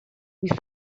bizi